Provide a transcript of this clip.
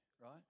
right